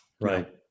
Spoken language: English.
right